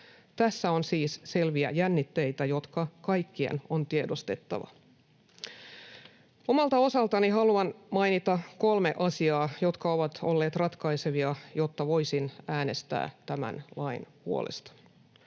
Tässä on siis selviä jännitteitä, jotka kaikkien on tiedostettava. Omalta osaltani haluan mainita kolme asiaa, jotka ovat olleet ratkaisevia, jotta voisin äänestää tämän lain puolesta: